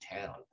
town